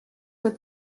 with